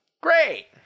Great